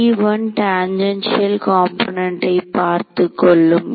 T1 tangential காம்போனென்டை பார்த்துக் கொள்ளும்